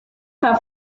had